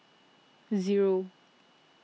zero